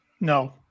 No